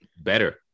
better